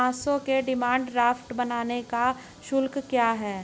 पाँच सौ के डिमांड ड्राफ्ट बनाने का शुल्क क्या है?